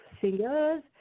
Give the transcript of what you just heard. singers